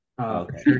Okay